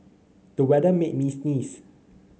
the weather made me sneeze